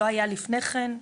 לא היה לפני כן.